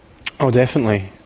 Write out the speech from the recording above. oh definitely.